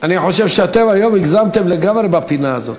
אני חושב שאתם היום הגזמתם לגמרי, בפינה הזאת.